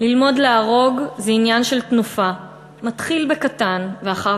"ללמוד להרוג / זה עניין של תנופה / מתחיל בקטן / ואחר